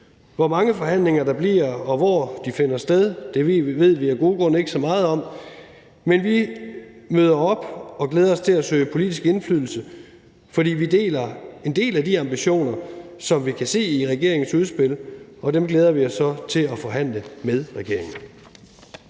Hvor mange forhandlinger der bliver, og hvor de finder sted, ved vi af gode grunde ikke så meget om, men vi møder op og glæder os til at søge politisk indflydelse, fordi vi deler en del af de ambitioner, som vi kan se i regeringens udspil, og dem glæder vi os så til at forhandle med regeringen.